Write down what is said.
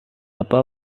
apa